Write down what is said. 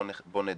בואו נדייק,